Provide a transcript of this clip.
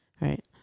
Right